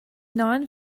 non